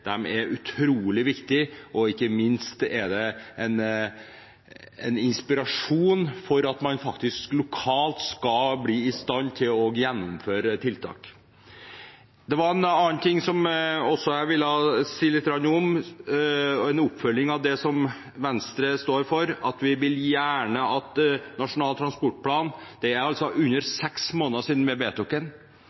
er utrolig viktige, og ikke minst er det en inspirasjon for at man lokalt skal kunne bli i stand til å gjennomføre tiltak. Det var en annen ting jeg også ville si litt om, en oppfølging av det som Venstre står for. Vi vil gjerne at Nasjonal transportplan – det er altså under seks måneder siden vi